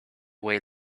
whale